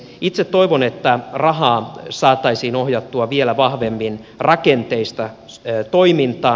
itse toivon että rahaa saataisiin ohjattua vielä vahvemmin rakenteista toimintaan